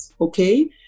okay